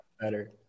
Better